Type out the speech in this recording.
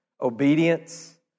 obedience